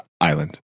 island